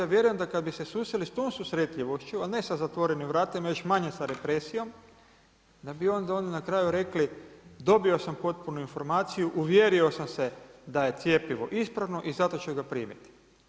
Ja vjerujem da kad bi se susreli sa tom susretljivošću a ne sa zatvorenim vratima, još manje sa represijom da bi onda oni na kraju rekli dobio sam potpunu informaciju, uvjerio sam se da je cjepivo ispravno i zato ću ga primiti.